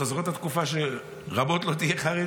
אתה זוכר את התקופה של "רמות לא תהיה חרדית"?